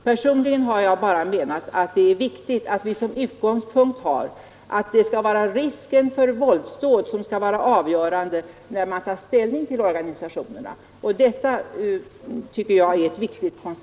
Personligen menar jag att det är viktigt att utgångspunkten när man tar ställning till organisationerna är risken för politiska våldsdåd. Det tycker jag är viktigt.